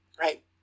Right